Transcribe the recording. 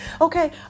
Okay